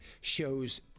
shows